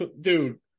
Dude